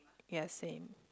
ya same